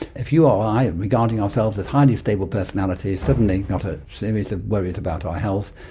if you or i, regarding ourselves as highly stable personalities, suddenly got a series of worries about our health,